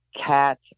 cat